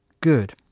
good